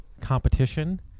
competition